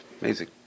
Amazing